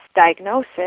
diagnosis